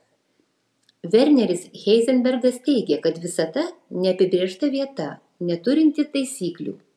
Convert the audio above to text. verneris heizenbergas teigė kad visata neapibrėžta vieta neturinti taisyklių